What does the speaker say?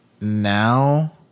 now